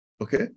okay